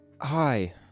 Hi